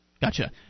Gotcha